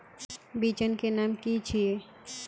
बिचन के नाम की छिये?